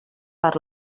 per